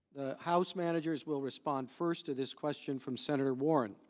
the house managers will respond first to this question from senator warren.